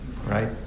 Right